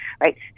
right